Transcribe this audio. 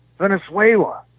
Venezuela